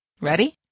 Ready